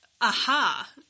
aha